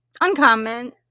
uncommon